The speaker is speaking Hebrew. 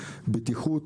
בטיחות,